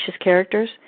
characters